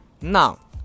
Now